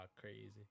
crazy